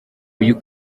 uyu